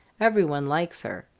everyone likes her!